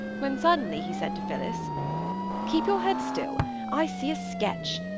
when suddenly he said to phillis keep your head still i see a sketch!